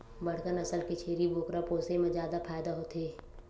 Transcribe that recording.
बड़का नसल के छेरी बोकरा पोसे म जादा फायदा होथे